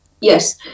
Yes